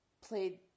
played